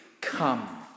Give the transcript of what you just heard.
Come